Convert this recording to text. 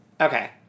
Okay